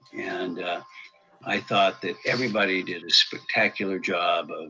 and i thought that everybody did a spectacular job,